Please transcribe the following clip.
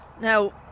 Now